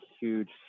huge